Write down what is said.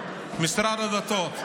משרד הדתות.